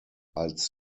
als